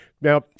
Now